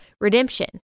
redemption